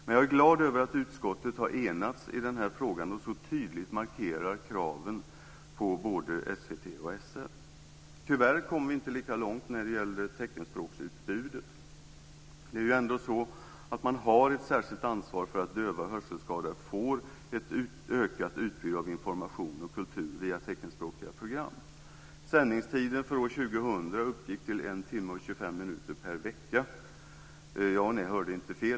Men jag är glad över att utskottet har enats i den här frågan och så tydligt markerar kraven på både SVT och SR. Tyvärr kom vi inte lika långt när det gällde teckenspråksutbudet. Det är ändå så att man har ett särskilt ansvar för att döva och hörselskadade ska få ett ökat utbud av information och kultur via teckenspråkliga program. Sändningstiden för år 2000 uppgick till 1 timme och 25 minuter per vecka. Ni hörde inte fel.